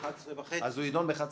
אז הוא ידון ב-11:50.